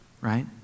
right